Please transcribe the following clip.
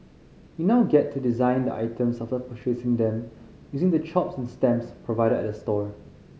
you now get to design the items after purchasing them using the chops and stamps provided at the store